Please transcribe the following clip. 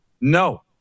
No